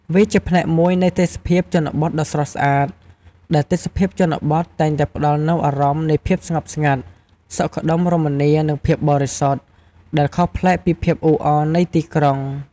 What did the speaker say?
វាជាផ្នែកមួយនៃទេសភាពជនបទដ៏ស្រស់ស្អាតដែលទេសភាពជនបទតែងតែផ្តល់នូវអារម្មណ៍នៃភាពស្ងប់ស្ងាត់ សុខដុមរមនា និងភាពបរិសុទ្ធ ដែលខុសប្លែកពីភាពអ៊ូអរនៃទីក្រុង។